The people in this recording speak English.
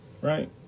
Right